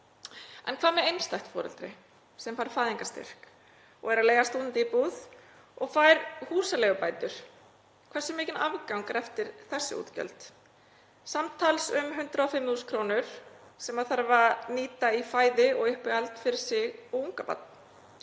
Hvað með einstætt foreldri sem fær fæðingarstyrk og er að leigja stúdentabúð og fær húsaleigubætur? Hversu mikill afgangur er eftir þessi útgjöld? Samtals um 105.000 kr. sem foreldrið þarf að nýta í fæði og uppihald fyrir sig og ungbarn.